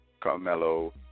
Carmelo